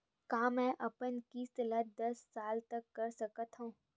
का मैं अपन किस्त ला दस साल तक कर सकत हव?